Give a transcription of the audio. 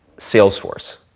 sales force?